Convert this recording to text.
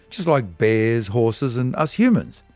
just like bears, horses, and us humans.